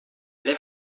les